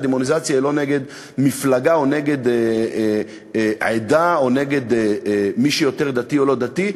הדמוניזציה היא לא נגד מפלגה או נגד עדה או נגד מי שיותר דתי או לא דתי,